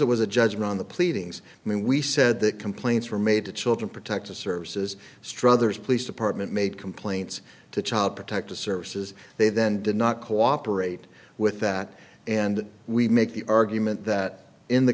it was a judgment on the pleadings mean we said that complaints were made to children protective services struthers police department made complaints to child protective services they then did not cooperate with that and we make the argument that in the